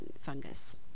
fungus